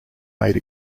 made